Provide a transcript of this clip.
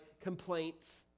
complaints